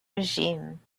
regime